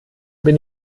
bin